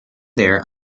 there